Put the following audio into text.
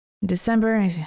December